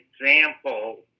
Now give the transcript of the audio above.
example